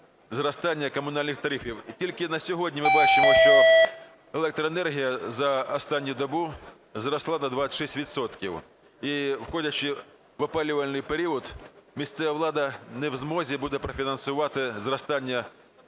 зростання комунальних тарифів. І тільки на сьогодні ми бачимо, що електроенергія за останню добу зросла на 26 відсотків і, входячи в опалювальний період, місцева влада не в змозі буде профінансувати зростання заборгованості